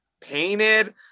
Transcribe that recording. painted